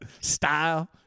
Style